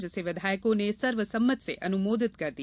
जिसे विधायकों ने सर्वसम्मत से अनुमोदित कर दिया